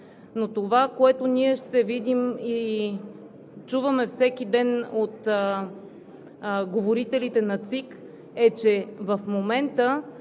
но това, което ние ще видим и чуваме всеки ден от говорителите на Централната